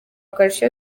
akarusho